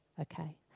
Okay